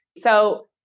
So-